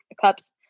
cups